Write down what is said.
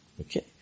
Okay